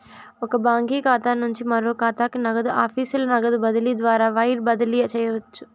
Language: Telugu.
ఒక బాంకీ ఖాతా నుంచి మరో కాతాకి, నగదు ఆఫీసుల నగదు బదిలీ ద్వారా వైర్ బదిలీ చేయవచ్చు